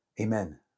amen